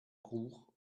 ruhr